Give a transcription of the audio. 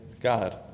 God